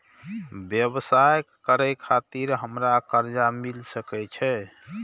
व्यवसाय करे खातिर हमरा कर्जा मिल सके छे?